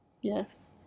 Yes